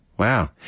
Wow